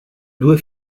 due